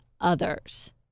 others